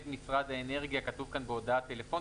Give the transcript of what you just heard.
משרד האנרגיה" - כתוב כאן בהודעה טלפונית,